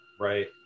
Right